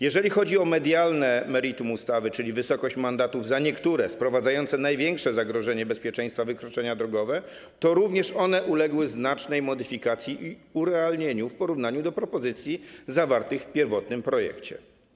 Jeżeli chodzi o medialne meritum ustawy, czyli wysokość mandatów za niektóre, sprowadzające największe zagrożenie bezpieczeństwa wykroczenia drogowe, to również one uległy znacznej modyfikacji i urealnieniu w porównaniu z propozycjami zawartymi w pierwotnym projekcie.